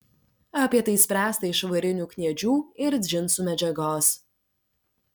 apie tai spręsta iš varinių kniedžių ir džinsų medžiagos